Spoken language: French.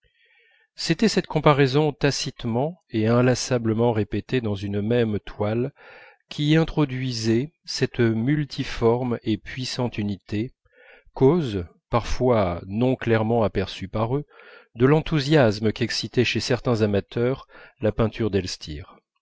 c'était cette comparaison tacitement et inlassablement répétée dans une même toile qui y introduisait cette multiforme et puissante unité cause parfois non clairement aperçue par eux de l'enthousiasme qu'excitait chez certains amateurs la peinture